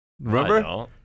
Remember